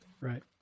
right